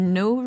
no